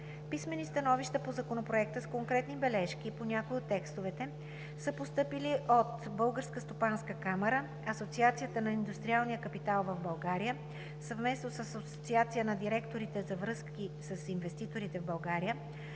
Писмени становища по Законопроекта с конкретни бележки по някои от текстовете са постъпили от Българската стопанска камара, Асоциацията на индустриалния капитал в България, съвместно с Асоциацията на директорите за връзки с инвеститорите в България,